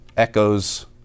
echoes